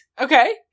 Okay